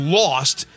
lost